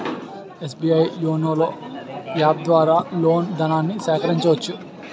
SBI YONO app ద్వారా loan ధనాన్ని సేకరించవచ్చు